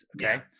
okay